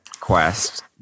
quest